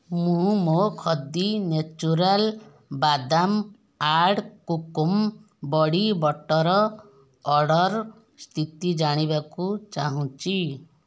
ମୁଁ ମୋ Khadi natural badam and kokum body butter order ସ୍ଥିତି ଜାଣିବାକୁ ଚାହୁଁଛି